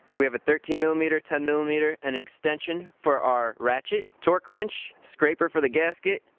we have a thirteen millimeter, ten millimeter, and an extension for our ratchet. torque wrench, scraper for the gasket,